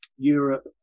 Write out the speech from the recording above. europe